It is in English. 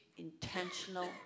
intentional